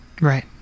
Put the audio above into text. Right